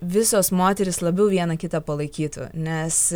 visos moterys labiau viena kitą palaikytų nes